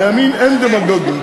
בימין אין דמגוגים.